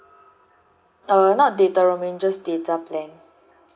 uh not data roaming just data plan